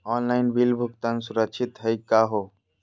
Online bill भुगतान सुरक्षित हई का हो?